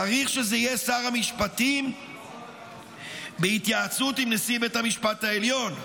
הוסיף: "צריך שזה יהיה שר המשפטים בהתייעצות עם נשיא בית המשפט העליון",